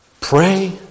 pray